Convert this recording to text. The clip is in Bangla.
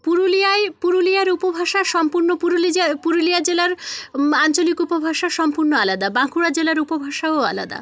পুরুলিয়ায় পুরুলিয়ার উপভাষা সম্পূর্ণ পুরুলিয়া পুরুলিয়া জেলার আঞ্চলিক উপভাষা সম্পূর্ণ আলাদা বাঁকুড়া জেলার উপভাষাও আলাদা